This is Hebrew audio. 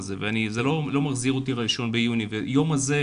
הזה וזה לא מחזיר אותי ל-1 ביוני והיום הזה,